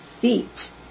feet